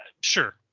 sure